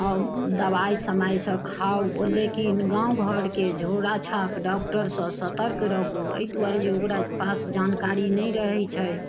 दवाइ समयसँ खाऊ ओ लेकिन गाँव घरके झोरा छाप डॉक्टरसँ सतर्क रहु एहि दुआरे जे ओकरा पास जानकारी नहि रहै छै